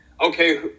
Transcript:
okay